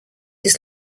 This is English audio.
his